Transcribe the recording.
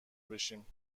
بشیم